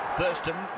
Thurston